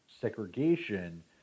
segregation